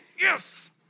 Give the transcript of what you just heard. yes